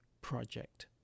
project